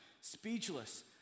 speechless